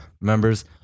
members